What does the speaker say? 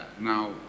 Now